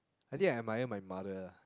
I think I admire my mother